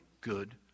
good